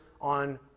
on